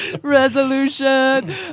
Resolution